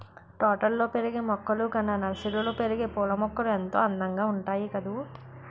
తోటల్లో పెరిగే మొక్కలు కన్నా నర్సరీలో పెరిగే పూలమొక్కలు ఎంతో అందంగా ఉంటాయి కదూ